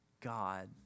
God